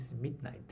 midnight